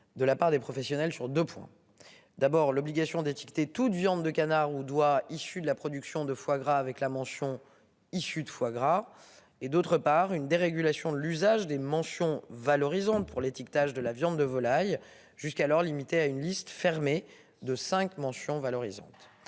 De la part des professionnels sur 2 points. D'abord, l'obligation d'étiqueter tout de viande de canard ou d'oie issu de la production de foie gras avec la mention issus de foie gras et d'autre part une dérégulation de l'usage des mentions valorisantes pour l'étiquetage de la viande de volaille jusqu'alors limitée à une liste fermée de 5 mentions valorisantes.